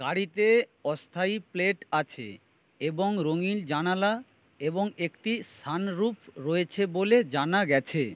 গাড়িতে অস্থায়ী প্লেট আছে এবং রঙিল জানালা এবং একটি সানরুফ রয়েছে বলে জানা গেছে